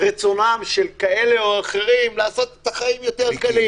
ברצונם של כאלה ואחרים לעשות את החיים יותר קלים.